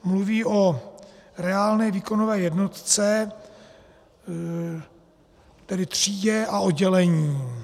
Mluví o reálné výkonové jednotce, tedy třídě a oddělení.